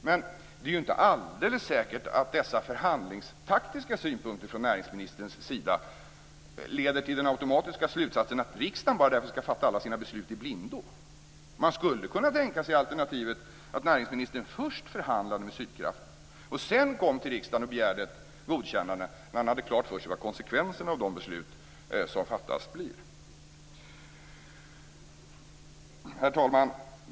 Men det är inte alldeles säkert att dessa förhandlingstaktiska synpunkter från näringsministerns sida leder till den automatiska slutsatsen att riksdagen därför skall fatta alla sina beslut i blindo. Man skulle kunna tänka sig alternativet att näringsministern först förhandlade med Sydkraft, och sedan kom till riksdagen och begärde ett godkännande när han hade klart för sig vad konsekvenserna av de beslut som fattas blir. Herr talman!